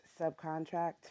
subcontract